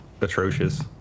atrocious